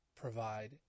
provide